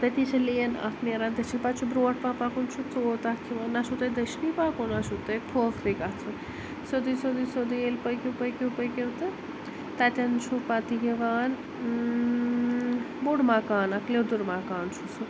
تٔتی چھِ لین اَکھ نیٚران دوٚچھٕنۍ پتہٕ چھُ برٛۄنٛٹھ پہَن پَکُن چھُ ژُوٚ ووٚت اَکھ یِوان نَہ چھُو تۄہہِ دوٚچھنٕے پَکُن نَہ چھُو توہہِ کھورٕے گژھُن سیٛودٕے سیٛودٕے سیٛودٕے ییٚلہِ پٔکِو پٔکِو پٔکِو تہٕ تَتیٚن چھو پتہٕ یِوان بوٚڈ مَکان اَکھ لیٛودُر مکان چھُ سُہ